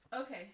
Okay